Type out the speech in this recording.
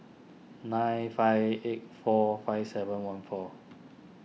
nine five eight four five seven one four